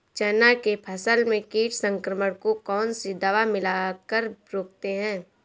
चना के फसल में कीट संक्रमण को कौन सी दवा मिला कर रोकते हैं?